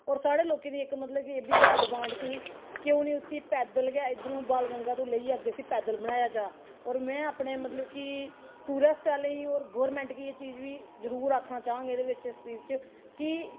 होर साढ़े लोकें दी इक मतलब कि एह् बी ऐ डिमांड कि क्यों नेईं इसी पैदल गै इद्धरूं बाण गंगा तूं लेइयै अग्गें इसी पैदल बनाया जा होर में अपने मतलब कि टुरिस्ट आह्लें गी होर गौरमेंट गी बी एह् चीज़ जरूर आक्खना चांह्ङ एहदे बिच्च स्पीच च कि